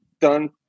Done